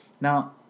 Now